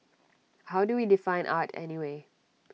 how do we define art anyway